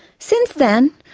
since then,